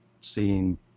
seeing